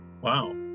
Wow